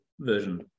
version